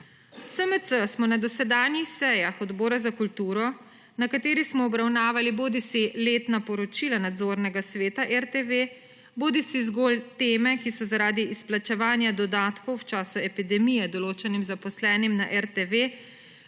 V SMC smo na dosedanjih sejah Odbora za kulturo, na katerih smo obravnavali bodisi letna poročila Nadzornega sveta RTV bodisi zgolj teme, ki so zaradi izplačevanja dodatkov v času epidemije določenim zaposlenim na RTV